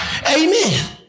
Amen